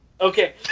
Okay